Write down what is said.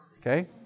okay